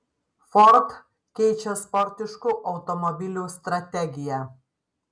ford keičia sportiškų automobilių strategiją